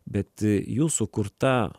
bet jų sukurta